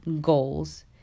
goals